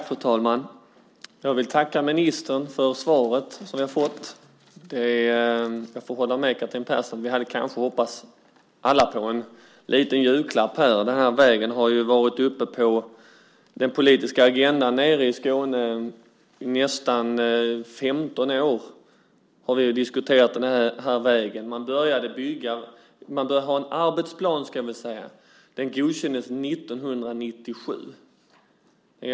Fru talman! Jag vill tacka ministern för svaret. Jag får hålla med Catherine Persson om att vi väl hade hoppats på en liten julklapp här. Den här vägen har varit uppe på den politiska agendan i Skåne i nästan 15 år. Det finns en arbetsplan som godkändes 1997.